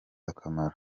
akamaro